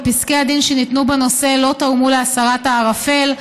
ופסקי הדין שניתנו בנושא לא תרמו להסרת הערפל.